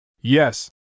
Yes